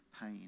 pain